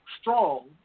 strong